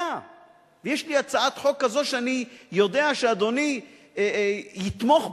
יש לי הצעת חוק כזאת שאני יודע שאדוני יתמוך בה,